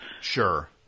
Sure